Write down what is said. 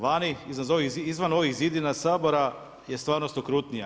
Vani izvan ovih zidina Sabora je stvarnost okrutnija.